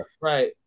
Right